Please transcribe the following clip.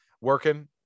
Working